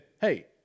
hey